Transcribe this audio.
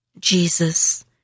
Jesus